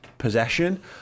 Possession